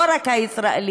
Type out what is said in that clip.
לא רק הישראלי,